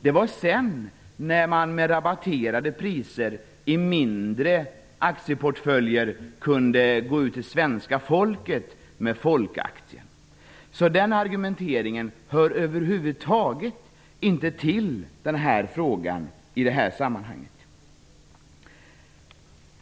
Det var sedan som man med rabatterade priser i mindre aktieportföljer kunde gå ut till svenska folket med folkaktien. Den argumenteringen hör alltså över huvud taget inte till saken i det här sammanhanget.